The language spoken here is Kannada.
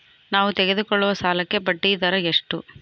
ನಾವು ತೆಗೆದುಕೊಳ್ಳುವ ಸಾಲಕ್ಕೆ ಬಡ್ಡಿದರ ಎಷ್ಟು?